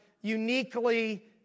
uniquely